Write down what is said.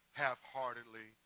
half-heartedly